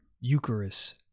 Eucharist